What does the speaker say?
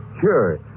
Sure